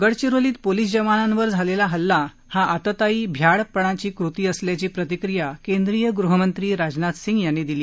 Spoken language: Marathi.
गडचिरोलीत पोलीस जवानांवर झालेल्या नक्षलवादी हल्ला हा आततायी भ्याडपणाची कृती असल्याची प्रतिक्रिया केंद्रीय गृहमंत्री राजनाथ सिंग यांनी दिली